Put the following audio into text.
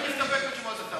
אז אם נסתפק בתשובת השר,